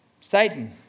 Satan